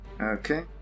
Okay